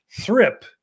thrip